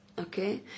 okay